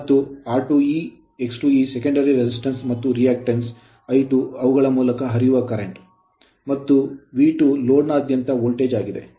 ಆದ್ದರಿಂದ ಇದು E2 V20ಮತ್ತು ಇದು Re2 Xe2 secondary ದ್ವಿತೀಯ resistance ಪ್ರತಿರೋಧ ಮತ್ತು reactance ಪ್ರತಿಕ್ರಿಯಾ I2 ಅವುಗಳ ಮೂಲಕ ಹರಿಯುವ current ಪ್ರವಾಹವಾಗಿದೆ ಮತ್ತು V2 ಲೋಡ್ ನಾದ್ಯಂತ ವೋಲ್ಟೇಜ್ ಆಗಿದೆ